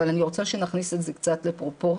אני רוצה שנכניס את זה קצת לפרופורציות.